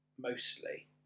mostly